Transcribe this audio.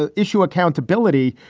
ah issue accountability.